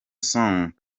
song